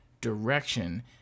direction